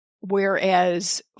whereas